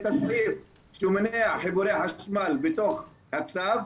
הסעיף שהוא מונע חיבורי חשמל בתוך הצו,